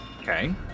okay